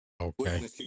okay